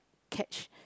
catch